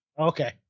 okay